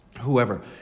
whoever